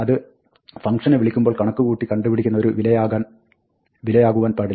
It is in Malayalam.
അത് ഫംഗ്ഷനെ വിളിക്കുമ്പോൾ കണക്കുകൂട്ടി കണ്ടുപിടിക്കുന്ന ഒരു വിലയാകുവാൻ പാടില്ല